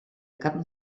cap